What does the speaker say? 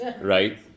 right